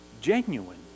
genuine